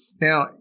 Now